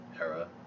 era